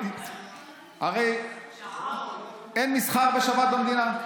הרי, אין מסחר בשבת במדינה?